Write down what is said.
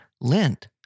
Lent